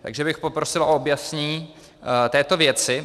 Takže bych poprosil o objasnění této věci.